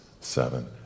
seven